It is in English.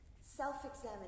Self-examination